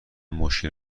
مشکل